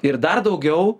ir dar daugiau